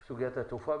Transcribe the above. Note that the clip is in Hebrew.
בפרט בסוגית התעופה,